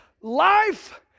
Life